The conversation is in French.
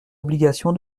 obligation